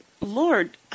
lord